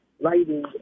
lighting